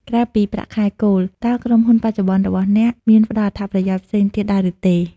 ក្រៅពីប្រាក់ខែគោល តើក្រុមហ៊ុនបច្ចុប្បន្នរបស់អ្នកមានផ្តល់អត្ថប្រយោជន៍ផ្សេងទៀតដែរឬទេ?